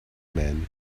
man